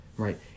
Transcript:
right